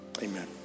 amen